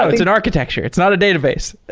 ah it's an architecture. it's not a database.